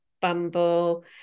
Bumble